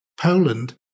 Poland